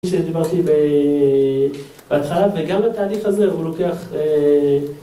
שדיברתי בהתחלה וגם בתהליך הזה הוא לוקח